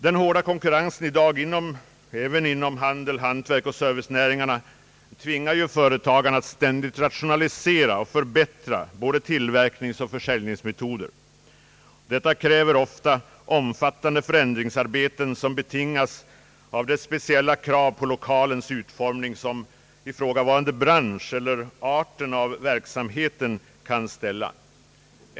Dagens hårda konkurrens inom handel, hantverk och = servicenäringar tvingar företagarna att ständigt rationalisera och förbättra både tillverkningsoch försäljningsmetoder. Detta kräver ofta omfattande förändringsarbeten som betingas av de speciella krav på lokalens utformning som branschen eller verksamhetens art kan ställa.